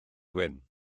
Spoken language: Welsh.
wyn